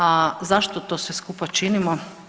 A zašto to sve skupa činimo?